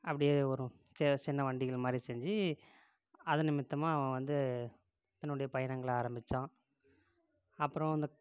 அப்படியே ஒரு சின்ன வண்டிகள் மாதிரி செஞ்சு அதன் நிமித்தமாக அவன் வந்து தன்னுடைய பயணங்களை ஆரம்பித்தான் அப்றம் அந்த